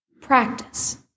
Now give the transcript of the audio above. Practice